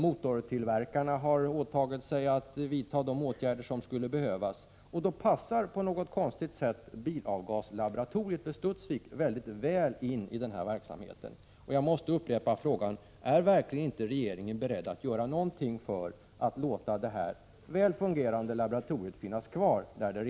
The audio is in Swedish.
Motortillverkarna har åtagit sig att vidta de åtgärder som skulle behövas. Då passar på något konstigt sätt bilavgaslaboratoriet i Studsvik mycket väl in i denna verksamhet. Jag måste upprepa frågan: Är verkligen inte regeringen beredd att göra något för att låta detta väl fungerande laboratorium vara kvar där det är?